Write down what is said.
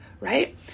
right